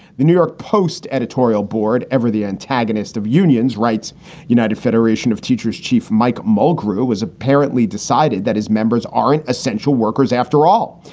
the new york post editorial board, ever the antagonist of unions, writes united federation of teachers chief mike mulgrew was apparently decided that his members aren't essential workers. after all,